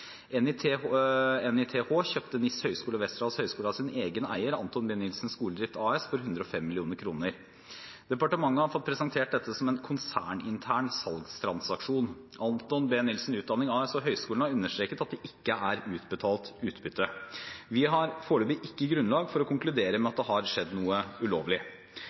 NITH kjøpte NISS høyskole og Westerdals høyskole av sin egen eier, Anthon B Nilsen Skoledrift AS, for 105 mill. kr. Departementet har fått presentert dette som en konsernintern salgstransaksjon. Anthon B Nilsen Utdanning AS og høyskolene har understreket at det ikke er utbetalt utbytte. Vi har foreløpig ikke grunnlag for å konkludere med at det har skjedd noe ulovlig.